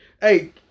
Hey